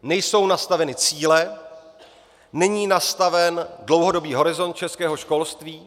Nejsou nastaveny cíle, není nastaven dlouhodobý horizont českého školství.